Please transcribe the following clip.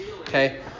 Okay